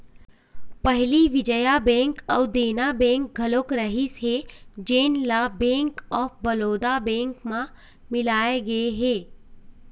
पहली विजया बेंक अउ देना बेंक घलोक रहिस हे जेन ल बेंक ऑफ बड़ौदा बेंक म मिलाय गे हे